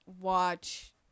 watch